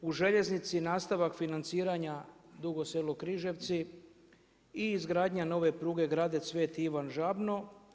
U željeznici nastavak financiranja Dugo Selo-Križevci i izgradnja nove pruge Gradec, Sv. Ivan Žabno.